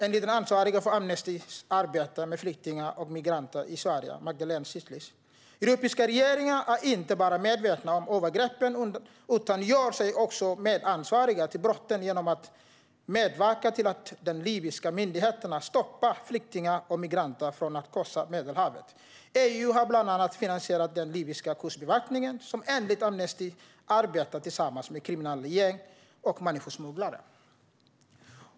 Enligt den ansvariga för Amnestys arbete med flyktingar och migranter i Sverige, Madelaine Seidlitz: "Europeiska regeringar är inte bara medvetna om övergreppen utan gör sig också medansvariga till brotten genom att medverka till att de libyska myndigheterna stoppar flyktingar och migranter från att korsa Medelhavet. EU har bland annat finansierat den libyska kustbevakningen, som enligt Amnesty arbetar tillsammans med kriminella gäng och människosmugglare."